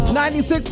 96%